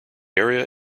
area